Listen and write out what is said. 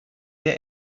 der